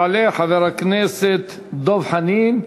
יעלה חבר הכנסת דב חנין,